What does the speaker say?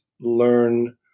learn